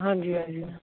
ਹਾਂਜੀ ਹਾਂਜੀ